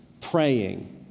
praying